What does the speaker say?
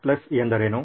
C ಎಂದರೇನು